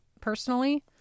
personally